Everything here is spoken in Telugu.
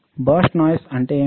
భరష్ట్ నాయిస్ అంటే ఏమిటి